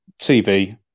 tv